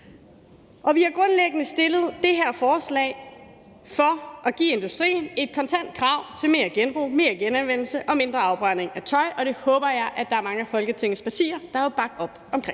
Vi har grundlæggende fremsat det her forslag for at give industrien et kontant krav til mere genbrug, mere genanvendelse og mindre afbrænding af tøj, og det håber jeg der er mange af Folketingets partier der vil bakke op om.